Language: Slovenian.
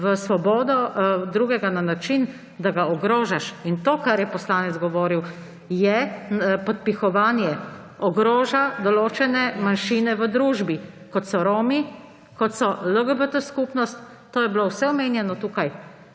v svobodo drugega na način, da ga ogrožaš. To, kar je poslanec govoril, je podpihovanje, ogroža določene manjšine v družbi, kot so Romi, kot je skupnost LGBT. To je bilo vse omenjeno tukaj